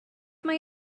mae